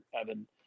Evan